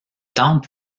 tante